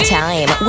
time